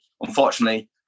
unfortunately